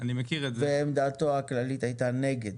ועמדתו הכללית היתה נגד.